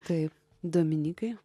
taip dominykai